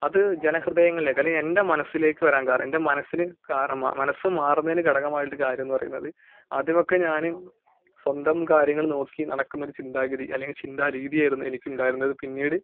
അത് ജനഹൃദയങ്ങളിലേക്ക് അല്ലെങ്കിൽ എൻ്റെ മനസിലേക്ക് വരാൻ കാര എൻ്റെ മനസ്സിന് കാരണം മനസ്സ് മാറുന്നതിന് ഘടകമായുള്ള ഒരു കാര്യം എന്ന് പറയുന്നത് ആദ്യമൊക്കെ ഞാന് സ്വന്തം കാര്യങ്ങൾ നോക്കി നടക്കുന്ന ഒരു ചിന്താഗതി അല്ലെങ്കിൽ ചിന്താരീതിയായിരുന്നു എനിക്കുണ്ടായിരുന്നത് പിന്നീട്